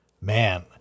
Man